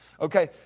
Okay